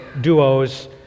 duos